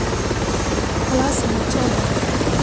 काल्ह सनीचर ह